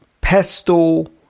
PESTLE